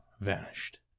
vanished